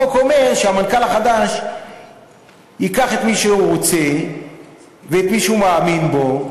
החוק אומר שהמנכ"ל החדש ייקח את מי שהוא רוצה ואת מי שהוא מאמין בו.